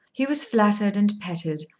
he was flattered and petted,